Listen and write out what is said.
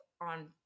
on